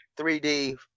3D